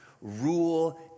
Rule